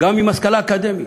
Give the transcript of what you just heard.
גם עם השכלה אקדמית.